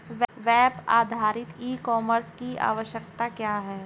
Web आधारित e commerce की आवश्यकता क्या है?